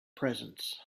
presence